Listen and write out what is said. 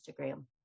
Instagram